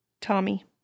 Tommy